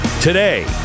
Today